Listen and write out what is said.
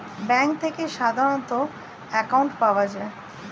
bank থেকে সাধারণ account পাওয়া যায়